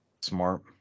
Smart